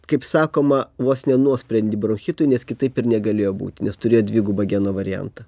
kaip sakoma vos ne nuosprendį bronchitui nes kitaip ir negalėjo būti nes turėjo dvigubą geno variantą